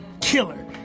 Killer